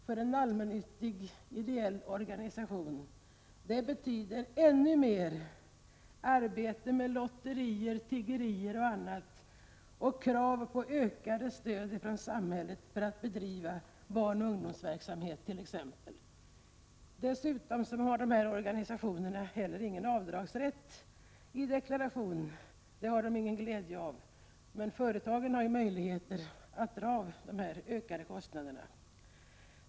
för en allmännyttig ideell organisation betyder ännu mer arbete med lotterier, tiggerier och annat och krav på ökat stöd från samhället för att driva barnoch ungdomsverksamhet t.ex. Dessutom har dessa organisationer inte heller någon glädje av avdragsrätt i deklarationen. Företagen däremot har möjlighet att dra av de ökade kostnaderna.